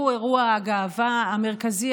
שהוא אירוע הגאווה המרכזי,